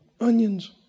onions